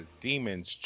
Demons